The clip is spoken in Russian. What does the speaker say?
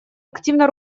активно